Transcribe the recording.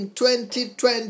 2020